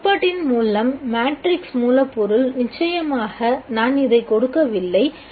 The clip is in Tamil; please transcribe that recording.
ஒரு கோட்பாட்டின் மூலம் மேட்ரிக்ஸ் மூலப்பொருள் நிச்சயமாக நான் இதை கொடுக்கவில்லை